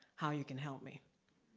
how you can help me.